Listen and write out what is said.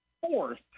fourth